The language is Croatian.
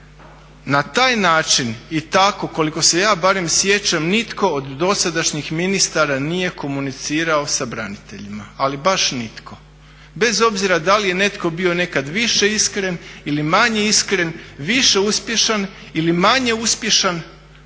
na taj način i tako koliko se ja barem sjećam nitko od dosadašnjih ministara nije komunicirao sa braniteljima, ali baš nitko. Bez obzira da li je netko bio nekad više iskren ili manje iskren, više uspješan ili manje uspješan